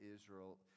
Israel